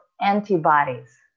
antibodies